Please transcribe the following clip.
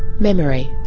memory.